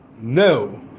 No